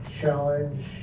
Challenge